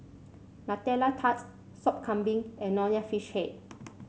Nutella Tart Sop Kambing and Nonya Fish Head